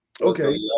Okay